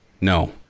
no